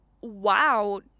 wow